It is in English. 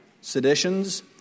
seditions